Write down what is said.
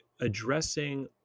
addressing